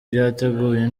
byateguwe